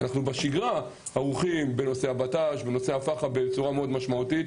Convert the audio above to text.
אנחנו בשגרה ערוכים בנושא הבט"ש והפח"א בצורה מאוד משמעותית,